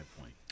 point